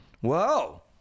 Whoa